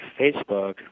Facebook